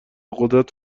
قدرت